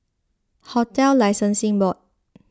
Hotel Licensing Board